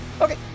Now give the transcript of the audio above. okay